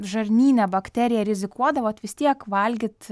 žarnyne bakteriją rizikuodavot vis tiek valgyt